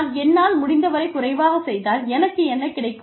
நான் என்னால் முடிந்த வரை குறைவாகச் செய்தால் எனக்கு என்ன கிடைக்கும்